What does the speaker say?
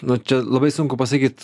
nu čia labai sunku pasakyt